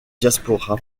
diaspora